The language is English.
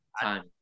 Time